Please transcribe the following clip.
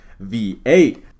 V8